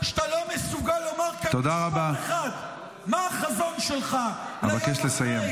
כשאתה לא מסוגל לומר כאן מה החזון שלך ליום אחרי